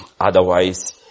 otherwise